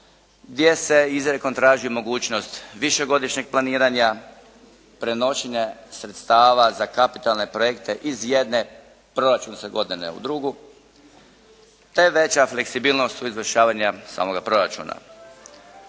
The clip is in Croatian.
gdje se izrijekom traži mogućnost višegodišnjeg planiranja, prenošenja sredstava za kapitalne projekte iz jedne proračunske godine u drugu te veća fleksibilnost u izvršavanju samoga proračuna.